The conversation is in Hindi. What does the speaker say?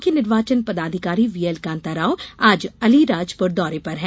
मुख्य निर्वाचन पदाधिकारी व्हीएलकांताराव आज अलिराजपुर दौरे पर हैं